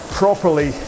properly